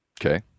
Okay